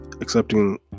accepting